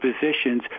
positions